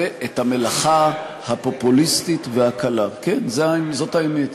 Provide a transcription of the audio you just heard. זה את המלאכה הפופוליסטית והקלה, כן, זאת האמת,